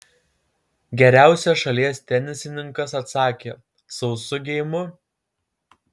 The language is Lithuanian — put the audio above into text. geriausias šalies tenisininkas atsakė sausu geimu